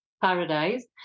paradise